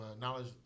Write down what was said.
knowledge